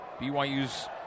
BYU's